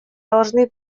должны